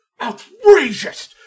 Outrageous